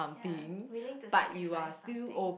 ya willing to sacrifice something